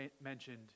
mentioned